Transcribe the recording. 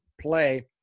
play